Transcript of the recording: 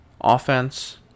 offense